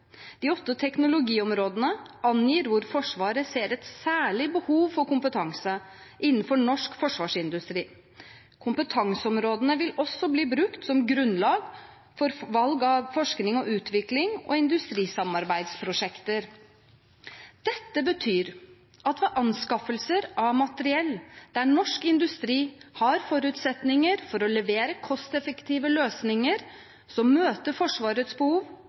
De åtte teknologiområdene angir hvor Forsvaret ser et særlig behov for kompetanse innenfor norsk forsvarsindustri. Kompetanseområdene vil også bli brukt som grunnlag for valg av forskning og utviklings- og industrisamarbeidsprosjekter. Dette betyr at ved anskaffelser av materiell der norsk industri har forutsetninger for å levere kosteffektive løsninger som møter Forsvarets behov,